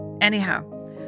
Anyhow